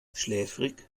schläfrig